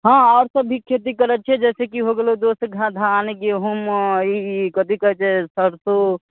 हँ आओरसभ भी खेती करयके छै जैसेकि हो गेलौ दोस्त घ धान गहूँम हँ ई कथी कहैत छै सरसो मसुरी